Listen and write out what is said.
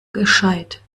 gescheit